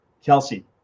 Kelsey